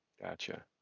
Gotcha